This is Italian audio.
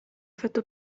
fatto